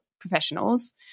professionals